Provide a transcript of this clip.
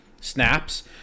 snaps